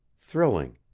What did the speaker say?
thrilling,